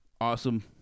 awesome